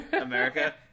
america